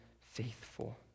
faithful